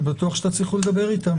אני בטוח שתצליחו לדבר איתם.